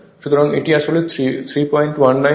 সুতরাং এটি আসলে 319 হবে